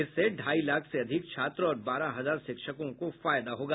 इससे ढाई लाख से अधिक छात्र और बारह हजार शिक्षकों को फायदा होगा